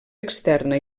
externa